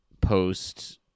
post-